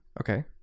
Okay